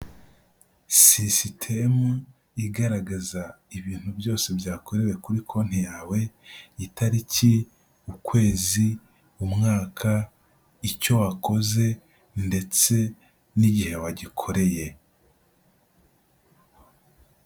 Sisitemu igaragaza ibintu byose byakorewe kuri konti yawe, itariki, ukwezi, umwaka, icyo wakoze, ndetse n'igihe wagikoreye.